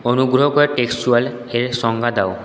অনুগ্রহ করে টেক্সচুয়ালের সংজ্ঞা দাও